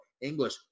English